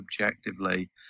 objectively